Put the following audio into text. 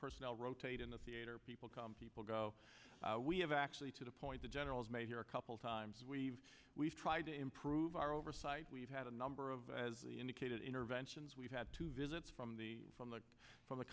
personnel rotate in the theater people come people go we have actually to the point the general is made here a couple times we've we've tried to improve our oversight we've had a number of as indicated interventions we've had two visits from the from the from the